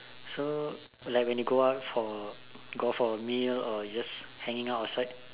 so like when you go out for go for a meal or you just hanging out outside